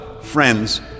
friends